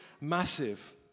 massive